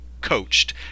coached